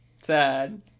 Sad